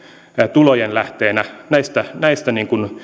tulojen lähteenä näistä näistä